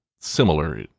similar